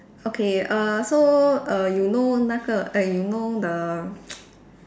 okay uh so err you know 那个 eh you know the